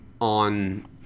on